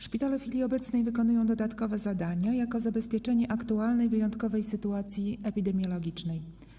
Szpitale w chwili obecnej wykonują dodatkowe zadania jako zabezpieczenie aktualnej, wyjątkowej sytuacji epidemiologicznej.